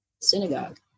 synagogue